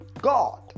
God